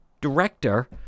director